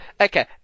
Okay